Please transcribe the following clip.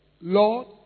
Lord